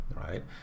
right